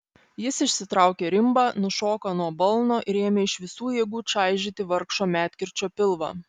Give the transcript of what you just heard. jis išsitraukė rimbą nušoko nuo balno ir ėmė iš visų jėgų čaižyti vargšo medkirčio pilvą